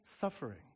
suffering